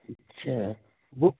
اچھا